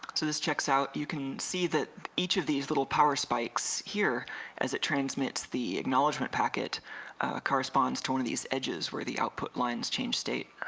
this checks out you can see that each of these little power spikes here as it transmits the acknowledgement packet corresponds to one of these edges where the output lines change state